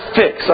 fix